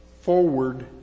forward